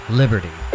liberty